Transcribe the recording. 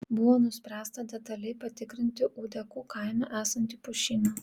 buvo nuspręsta detaliai patikrinti ūdekų kaime esantį pušyną